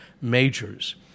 majors